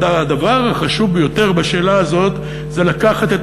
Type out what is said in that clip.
הדבר החשוב ביותר בשאלה הזאת זה לקחת את